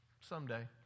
Someday